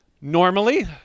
normally